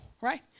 right